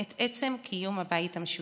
את עצם קיום הבית המשותף.